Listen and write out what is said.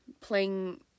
playing